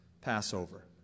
Passover